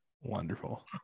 Wonderful